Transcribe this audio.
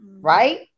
Right